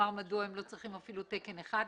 מדוע הם לא צריכים אפילו עוד תקן אחד.